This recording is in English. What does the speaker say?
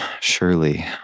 surely